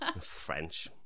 French